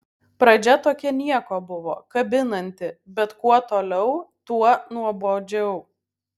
pradžia tokia nieko buvo kabinanti bet kuo toliau tuo nuobodžiau